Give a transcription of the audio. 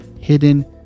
hidden